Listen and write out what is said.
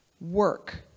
Work